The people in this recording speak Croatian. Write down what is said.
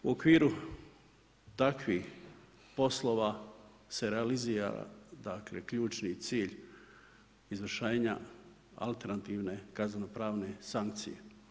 U okviru takvih poslova se realizira ključni cilj izvršenja alternativne kaznenopravne sankcije.